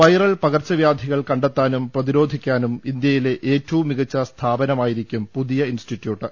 viral പകർച്ചവ്യാധികൾ കണ്ടെ ത്താനും പ്രതിരോധിക്കാനും ഇന്ത്യയിലെ ഏറ്റവും മികച്ച സ്ഥാപനമായി രിക്കും പുതിയ ഇൻസ്റ്റിറ്റ്യൂട്ട്